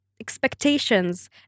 expectations